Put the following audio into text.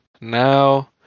now